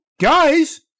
guys